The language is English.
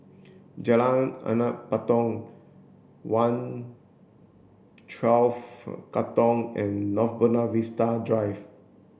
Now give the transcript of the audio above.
Jalan Anak Patong one twelve Katong and North Buona Vista Drive